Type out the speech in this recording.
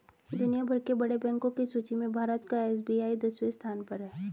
दुनिया भर के बड़े बैंको की सूची में भारत का एस.बी.आई दसवें स्थान पर है